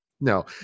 no